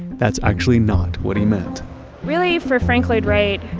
that's actually not what he meant really, for frank lloyd wright,